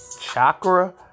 Chakra